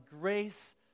grace